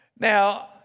Now